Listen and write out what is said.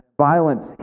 violence